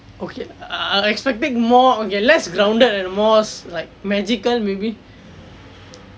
okay uh expecting big more okay less grounded and more like magical maybe